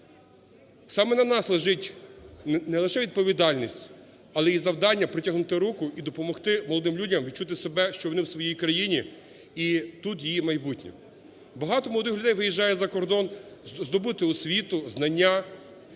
Саме на нас лежить не лише відповідальність, а і завдання протягти руку і допомогти молодим людям відчути себе, що вони у своїй країні і тут її майбутнє. Багато молодих людей виїжджає за кордон здобути освіту, знання,